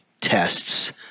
tests